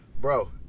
Bro